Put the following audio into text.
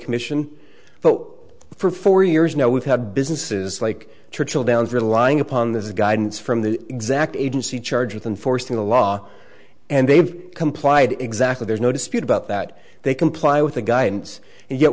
commission but for four years now we've had businesses like churchill downs relying upon this guidance from the exact agency charged with enforcing the law and they've complied exactly there's no dispute about that they comply with the guidance and yet